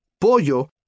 Pollo